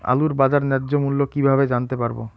আলুর বাজার ন্যায্য মূল্য কিভাবে জানতে পারবো?